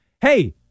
Hey